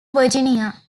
virginia